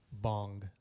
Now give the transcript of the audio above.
Bong